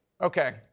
Okay